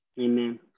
Amen